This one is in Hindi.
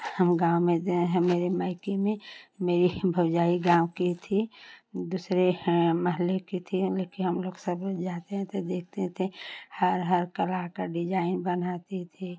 हम गाँव में गए हैं मेरे मैके में मेरे ही भौजाई गाँव की थी दूसरे मोहल्ले की थी यानि की हमलोग सभी जाते थे देखते थे हर हर कला का डिजाइन बनाती थी